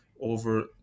over